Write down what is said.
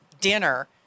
dinner